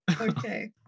Okay